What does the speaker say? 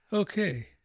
Okay